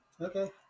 Okay